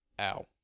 ow